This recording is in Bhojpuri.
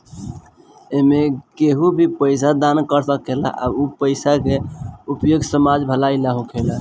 एमें केहू भी पइसा दान कर सकेला आ उ पइसा के उपयोग समाज भलाई ला होखेला